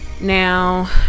Now